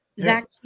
Zach